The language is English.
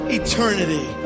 eternity